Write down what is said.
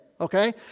Okay